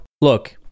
look